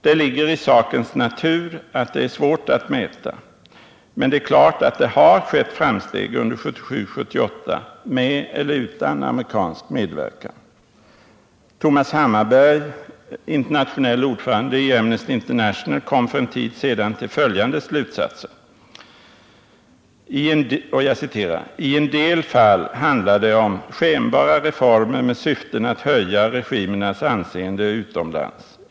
Det ligger i sakens natur att det är svårt att mäta sådana resultat, men det står också klart att det har skett framsteg under 1977 och 1978 — med eller utan amerikansk medverkan. Thomas Hammarberg, internationell ordförande i Amnesty International, kom för en tid sedan till följande slutsatser i en artikel: ”I en del fall handlar det om skenbara reformer med syften att höja regimernas anseende utomlands.